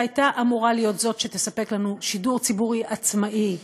שהייתה אמורה להיות זאת שתספק לנו שידור ציבורי עצמאי.